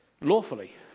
lawfully